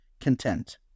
content